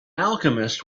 alchemist